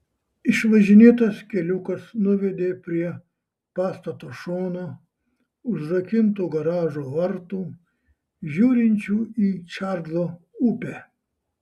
išvažinėtas keliukas nuvedė prie pastato šono užrakintų garažo vartų žiūrinčių į čarlzo upę